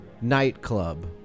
nightclub